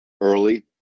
early